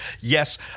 Yes